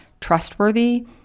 trustworthy